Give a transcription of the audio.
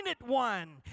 one